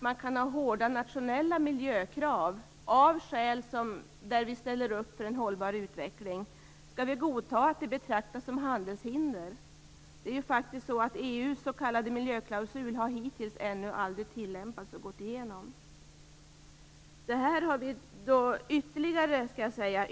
Man kan ha hårda nationella miljökrav av skälet att man ställer upp för en hållbar utveckling. Skall vi godta att detta betraktas som ett handelshinder? EU:s s.k. miljöklausul har hittills ännu aldrig tillämpats och gått igenom.